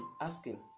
asking